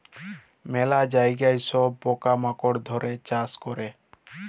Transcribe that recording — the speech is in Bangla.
ম্যালা জায়গায় সব পকা মাকড় ধ্যরে চাষ ক্যরে